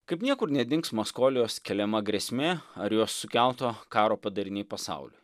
kaip niekur nedings maskolijos keliama grėsmė ar jos sukelto karo padariniai pasauliui